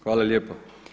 Hvala lijepo.